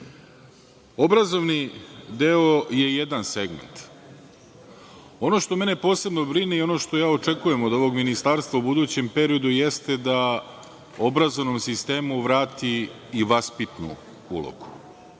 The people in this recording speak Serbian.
deo je jedan segment, a ono što mene posebno brine i što očekujem od ovog ministarstva u budućem periodu jeste da obrazovnom sistemu vrati i vaspitnu ulogu.